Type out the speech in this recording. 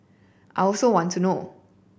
I also want to know